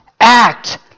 Act